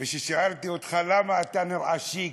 וכששאלתי אותך למה אתה נראה שיק,